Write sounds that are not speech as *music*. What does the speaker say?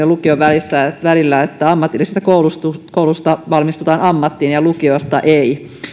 *unintelligible* lukion välillä on että ammatillisesta koulusta koulusta valmistutaan ammattiin ja lukiosta ei